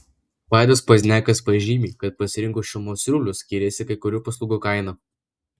vaidas pozniakas pažymi kad pasirinkus šilumos siurblius skiriasi kai kurių paslaugų kaina